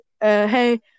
hey